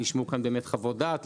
נשמעו כאן חוות דעת,